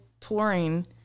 touring